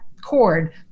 cord